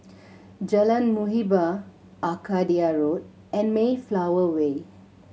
Jalan Muhibbah Arcadia Road and Mayflower Way